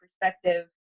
perspective